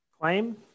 Claim